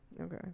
Okay